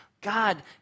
God